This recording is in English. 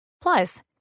Plus